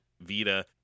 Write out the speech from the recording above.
Vita